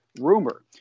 rumor